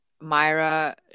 Myra